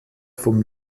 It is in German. vom